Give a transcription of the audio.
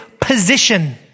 position